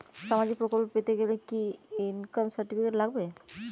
সামাজীক প্রকল্প পেতে গেলে কি ইনকাম সার্টিফিকেট লাগবে?